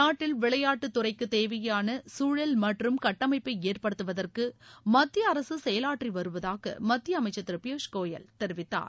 நாட்டில் விளையாட்டுத் துறைக்குத் தேவையான சூழல் மற்றும் கட்டமைப்பை ஏற்படுத்துவதற்கு மத்திய அரசு செயலாற்றி வருவதாக மத்திய அமைச்சர் திரு பியூஷ் கோயல் தெரிவித்தார்